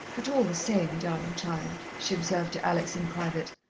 but all the same, darlin' child, she observed to alex in private,